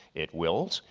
it wills,